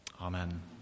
amen